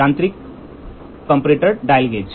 तो यांत्रिक comparator dial gauge